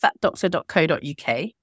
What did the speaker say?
fatdoctor.co.uk